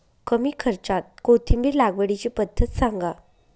कमी खर्च्यात कोथिंबिर लागवडीची पद्धत सांगा